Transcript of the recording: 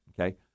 Okay